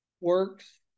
works